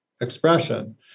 expression